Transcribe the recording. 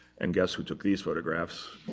and guess who took these photographs?